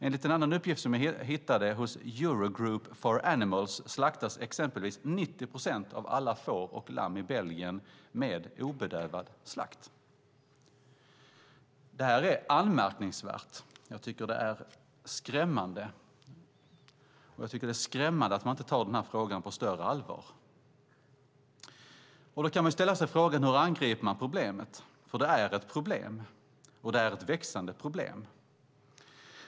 Enligt en annan uppgift som jag hittade hos Eurogroup for animals slaktas exempelvis 90 procent av alla får och lamm i Belgien utan bedövning. Det här är anmärkningsvärt. Jag tycker att det är skrämmande att man inte tar den här frågan på större allvar. Då kan man ställa sig frågan hur man angriper problemet, för det är ett problem och ett växande problem.